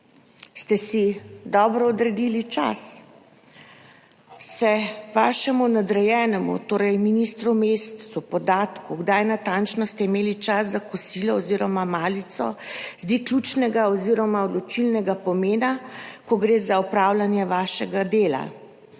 Ste si dobro odredili čas? Se vašemu nadrejenemu, torej ministru Mescu, podatek, kdaj natančno ste imeli čas za kosilo oziroma malico, zdi ključnega oziroma odločilnega pomena, ko gre za opravljanje vašega dela?